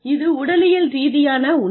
இது உடலியல் ரீதியாக உண்மை